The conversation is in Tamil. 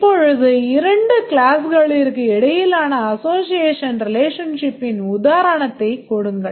இப்போது இரண்டு கிளாஸ்களிற்கு இடையிலான association relationshipன் உதாரணத்தைக் கொடுங்கள்